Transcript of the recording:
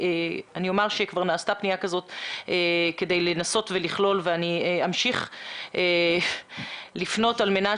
כבר נעשתה פנייה כזאת כדי לנסות לכלול ואני אמשיך לפנות על מנת